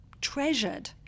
treasured